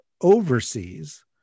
overseas